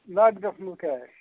نا حظ just look eight